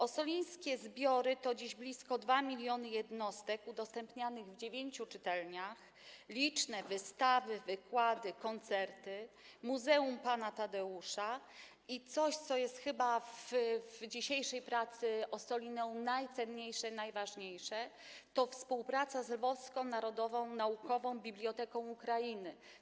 Ossolińskie zbiory to dziś blisko 2 mln jednostek udostępnianych w dziewięciu czytelniach, liczne wystawy, wykłady, koncerty, Muzeum Pana Tadeusza i coś, co jest chyba w dzisiejszej pracy Ossolineum najcenniejsze, najważniejsze: współpraca z Lwowską Narodową Naukową Biblioteką Ukrainy.